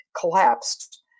collapsed